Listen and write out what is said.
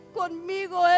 conmigo